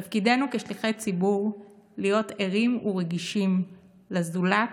תפקידנו כשליחי ציבור הוא להיות ערים ורגישים לזולת